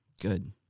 Good